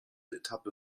etappe